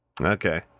Okay